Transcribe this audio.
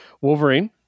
Wolverine